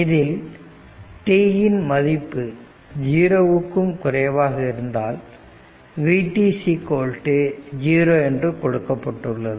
இதில் t இன் மதிப்பு 0 க்கும் குறைவாக இருந்தால் v 0 என்று கொடுக்கப்பட்டுள்ளது